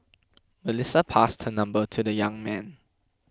Melissa passed her number to the young man